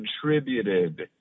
contributed